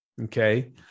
Okay